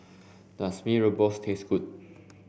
does Mee Rebus taste good